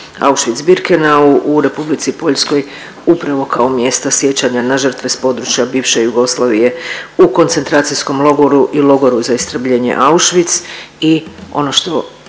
Auschwitz-Birkenau u Republici Poljskoj upravo kao mjesta sjećanja na žrtve s područja bivše Jugoslavije u koncentracijskom logoru i logoru za istrebljenje Auschwitz